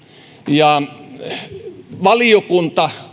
ja sosionomeja valiokunta